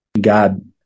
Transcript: God